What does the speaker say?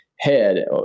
head